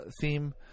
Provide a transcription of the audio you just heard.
theme